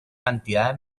cantidad